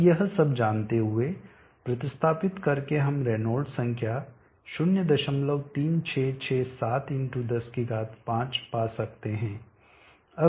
अब यह सब जानते हुए प्रतिस्थापित करके हम रेनॉल्ड्स संख्या 03667 × 105 पा सकते हैं